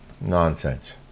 Nonsense